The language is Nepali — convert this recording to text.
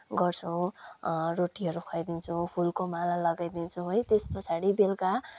गर्छौँ रोटीहरू खुवाइदिन्छौँ फुलको माला लगाइदिन्छौँ है त्यस पछाडि बेलुका